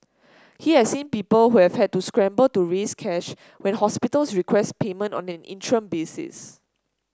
he has seen people who have had to scramble to raise cash when hospitals request payment on an interim basis